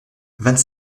vingt